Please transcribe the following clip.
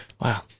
wow